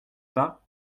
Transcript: pas